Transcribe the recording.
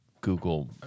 Google